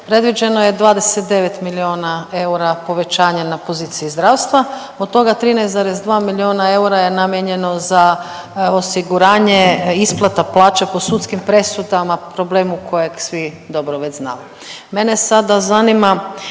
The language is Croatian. predviđeno je 29 milijuna eura povećanje na poziciji zdravstva, od toga 13,2 milijuna eura je namijenjeno za osiguranje isplata plaća po sudskim presudama, problemu kojeg svi dobro već znamo. Mene sama zanima